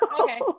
okay